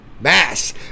mass